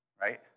right